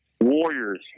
warriors